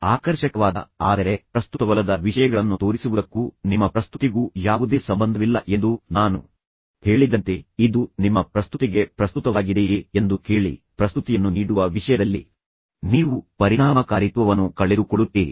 ಆಕರ್ಷಕವಾದ ಆದರೆ ಪ್ರಸ್ತುತವಲ್ಲದ ವಿಷಯಗಳನ್ನು ತೋರಿಸುವುದಕ್ಕೂ ನಿಮ್ಮ ಪ್ರಸ್ತುತಿಗೂ ಯಾವುದೇ ಸಂಬಂಧವಿಲ್ಲ ಎಂದು ನಾನು ಹೇಳಿದಂತೆ ಇದು ನಿಮ್ಮ ಪ್ರಸ್ತುತಿಗೆ ಪ್ರಸ್ತುತವಾಗಿದೆಯೇ ಎಂದು ಕೇಳಿ ಪ್ರಸ್ತುತಿಯನ್ನು ನೀಡುವ ವಿಷಯದಲ್ಲಿ ನೀವು ಪರಿಣಾಮಕಾರಿತ್ವವನ್ನು ಕಳೆದುಕೊಳ್ಳುತ್ತೀರಿ